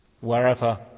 wherever